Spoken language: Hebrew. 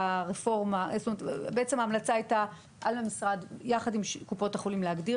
בעצם ההמלצה הייתה שעל המשרד יחד עם קופות החולים להגדיר